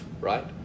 right